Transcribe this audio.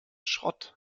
schrott